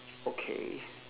okay